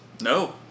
No